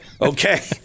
Okay